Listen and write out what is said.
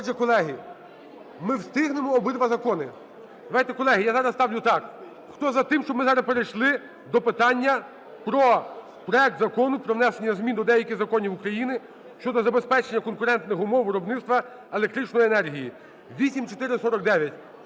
Отже, колеги… Ми встигнемо обидва закони! Давайте, колеги, я зараз ставлю так: хто за те, щоб ми зараз перейшли до питання про проект Закону про внесення змін до деяких законів України щодо забезпечення конкурентних умов виробництва електричної енергії (8449).